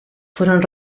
fueron